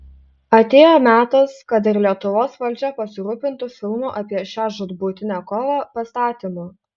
atėjo metas kad ir lietuvos valdžia pasirūpintų filmų apie šią žūtbūtinę kovą pastatymu